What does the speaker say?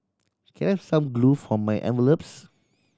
can I've some glue for my envelopes